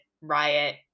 riot